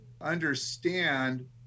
understand